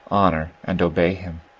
honour, and obey him.